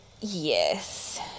yes